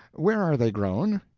where are they grown?